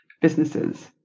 businesses